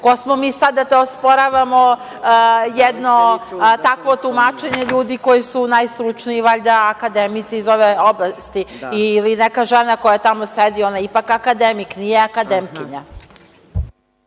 Ko smo mi sada da to osporavamo, jedno takvo tumačenje ljudi koji su najstručniji valjda, akademici iz ove oblasti ili neka žena koja tamo sedi. Ona je ipak akademik, nije akademkinja.